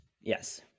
Yes